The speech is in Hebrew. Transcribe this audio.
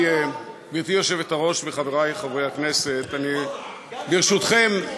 גברתי היושבת-ראש וחברי חברי הכנסת, ברשותכם,